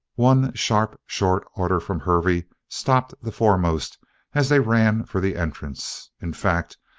one sharp, short order from hervey stopped the foremost as they ran for the entrance. in fact,